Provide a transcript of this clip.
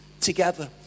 together